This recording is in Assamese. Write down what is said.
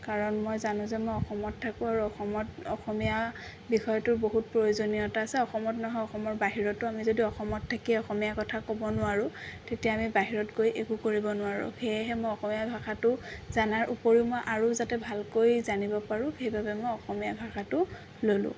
কাৰণ কই জানোঁ যে মই অসমত থাকোঁ আৰু অসমত অসমীয়া বিষয়টোৰ বহুত প্ৰয়োজনীয়তা আছে অসমত নহয় অসমৰ বাহিৰতো আমি যদি অসমত থাকি অসমীয়া কথা ক'ব নোৱাৰোঁ তেতিয়া আমি বাহিৰত গৈ একো কৰিব নোৱাৰোঁ সেয়েহে মই অসমীয়া ভাষাটো জানাৰ উপৰিও মই আৰু যাতে ভালকৈ জানিব পাৰোঁ সেইবাবে মই অসমীয়া ভাষাটো ললোঁ